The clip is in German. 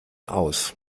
aus